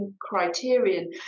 criterion